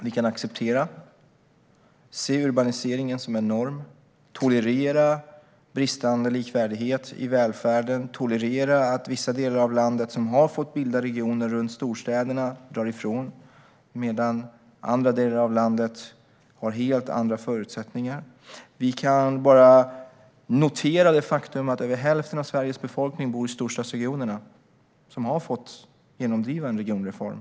Vi kan acceptera, vi kan se urbaniseringen som en norm och tolerera bristande likvärdighet i välfärden och att vissa delar av landet som har fått bilda regioner runt storstäderna drar ifrån medan andra delar av landet har helt andra förutsättningar. Vi kan bara notera det faktum att över hälften av Sveriges befolkning bor i storstadsregionerna, som har fått genomdriva en regionreform.